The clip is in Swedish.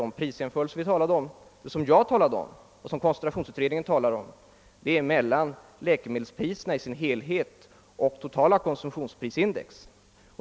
De prisjämförelser som jag talade om och som koncentrationsutredningen gör är jämförelser mellan läkemedelspriserna i dess helhet och totala konsumtions prisindex.